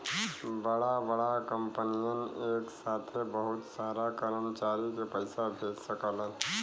बड़ा बड़ा कंपनियन एक साथे बहुत सारा कर्मचारी के पइसा भेज सकलन